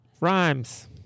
rhymes